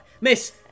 Miss